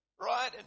right